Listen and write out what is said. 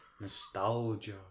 Nostalgia